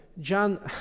John